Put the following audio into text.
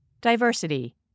Diversity